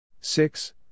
Six